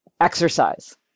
exercise